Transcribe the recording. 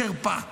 חרפה.